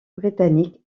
britannique